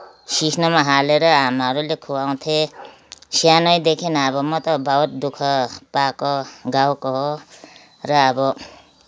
सिस्नोमा हालेर आमाहरूले खुवाउँथे सानैदेखि अब म त बहुत दुःख पाएको गाउँको हो र अब